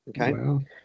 Okay